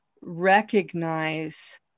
recognize